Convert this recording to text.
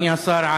אדוני השר,